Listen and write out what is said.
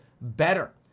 better